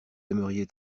aimeriez